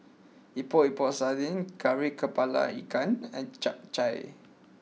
Epok Epok Sardin Kari Kepala Ikan and Chap Chai